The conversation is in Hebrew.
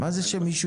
חובה